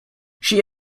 she